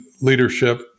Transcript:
leadership